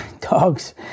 dogs